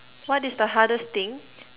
what is the hardest thing